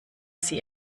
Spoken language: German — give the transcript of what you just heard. sie